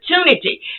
opportunity